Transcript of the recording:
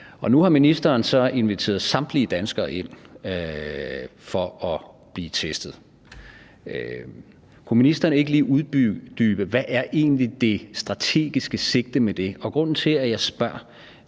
Og nu har ministeren så inviteret samtlige danskere ind for at blive testet. Kunne ministeren ikke lige uddybe, hvad der egentlig er det strategiske sigte med det? Og grunden til, at jeg spørger,